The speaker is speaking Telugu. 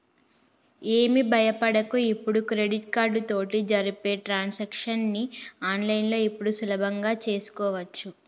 ఏమి భయపడకు ఇప్పుడు క్రెడిట్ కార్డు తోటి జరిపే ట్రాన్సాక్షన్స్ ని ఆన్లైన్లో ఇప్పుడు సులభంగా చేసుకోవచ్చు